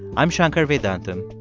i'm shankar vedantam,